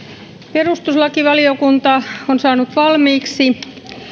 perustuslakivaliokunta on saanut valmiiksi